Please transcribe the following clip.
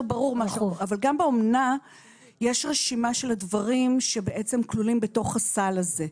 גם באומנה יש רשימה של הדברים שבעצם כלולים בתוך הסל הזה.